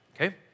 Okay